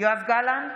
יואב גלנט,